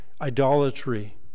idolatry